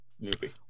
movie